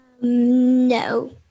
No